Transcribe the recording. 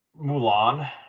Mulan